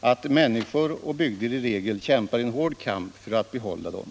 att människor och bygder i regel kämpar en hård kamp för att få behålla dem.